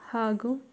ಹಾಗೂ